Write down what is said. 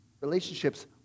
relationships